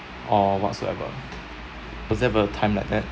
or whatsoever was there a time like that